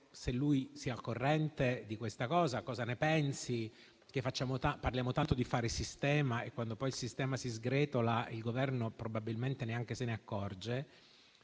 se sia al corrente di questa cosa e cosa ne pensi. Parliamo tanto di fare sistema e quando poi il sistema si sgretola, il Governo probabilmente neanche se ne accorge.